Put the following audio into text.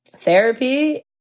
therapy